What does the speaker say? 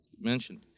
mentioned